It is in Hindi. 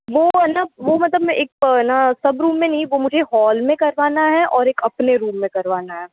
वो है ना वो मतलब एक ना सब रूम में नहीं वो मुझे हॉल में करवाना है और एक अपने रूम में करवाना है